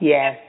Yes